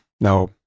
Now